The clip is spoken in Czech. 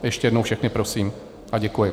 Ještě jednou všechny prosím a děkuji.